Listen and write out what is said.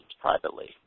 privately